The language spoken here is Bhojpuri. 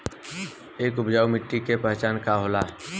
एक उपजाऊ मिट्टी के पहचान का होला?